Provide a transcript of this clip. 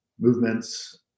movements